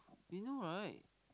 you know right